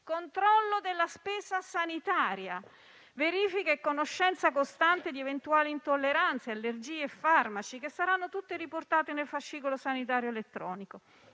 controllo della spesa sanitaria; verifica e conoscenza costante di eventuali intolleranze e allergie ai farmaci, che saranno tutte riportate nel fascicolo sanitario elettronico;